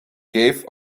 gave